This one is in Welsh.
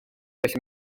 felly